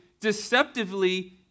deceptively